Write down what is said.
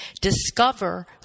Discover